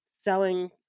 selling